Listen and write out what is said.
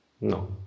No